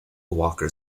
walker